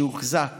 שהוחזק